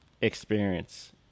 experience